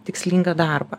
tikslingą darbą